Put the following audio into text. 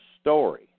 story